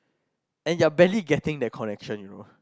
and you are barely getting the connection you know